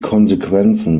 konsequenzen